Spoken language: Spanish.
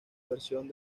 versión